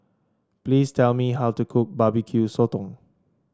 please tell me how to cook Barbecue Sotong